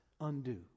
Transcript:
undo